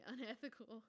unethical